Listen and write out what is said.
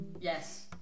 Yes